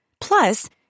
Plus